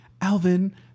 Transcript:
Alvin